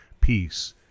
peace